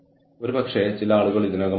കൂടാതെ ചില തരത്തിലുള്ള ഔട്ട്പുട്ട് ഉണ്ട്